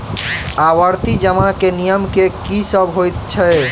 आवर्ती जमा केँ नियम की सब होइ है?